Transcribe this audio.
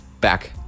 back